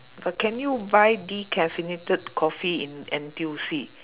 but can you buy decaffeinated coffee in N_T_U_C